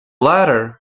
latter